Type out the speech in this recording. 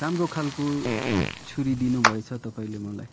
राम्रो खालको छुरी दिनु भएछ तपाईँले मलाई